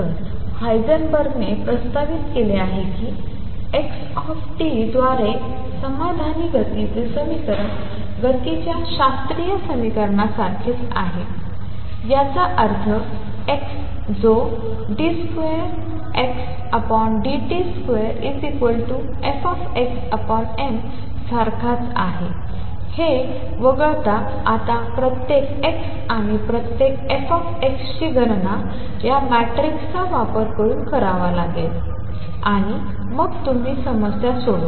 तर हायझेनबर्गने प्रस्तावित केले की x द्वारे समाधानी गतीचे समीकरण गतीच्या शास्त्रीय समीकरणासारखेच आहे याचा अर्थ x ̈ जो d2xdt2Fxm सारखाच आहे हे वगळता आता प्रत्येक x आणि प्रत्येक F ची गणना या मॅट्रिक्सचा वापर करून करावी लागेल आणि मग तुम्ही समस्या सोडवा